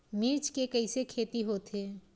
मिर्च के कइसे खेती होथे?